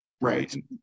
Right